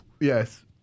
Yes